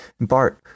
Bart